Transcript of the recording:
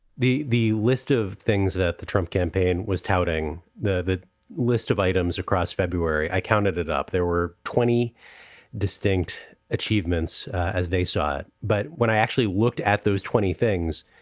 the the list of things that the trump campaign was touting, the the list of items across february. i counted it up. there were twenty distinct achievements as they saw it. but when i actually looked at those twenty things,